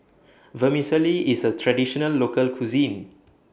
Vermicelli IS A Traditional Local Cuisine